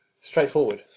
straightforward